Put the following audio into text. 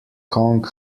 kong